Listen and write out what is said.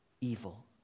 evil